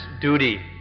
duty